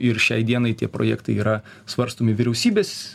ir šiai dienai tie projektai yra svarstomi vyriausybės